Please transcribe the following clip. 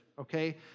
okay